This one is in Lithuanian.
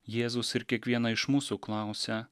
jėzus ir kiekvieną iš mūsų klausia